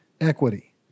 equity